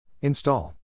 Install